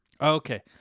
Okay